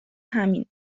همینه